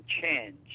change